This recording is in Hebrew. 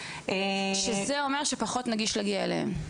שזה אומר שפחות נגיש להגיע אליהן?